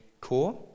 core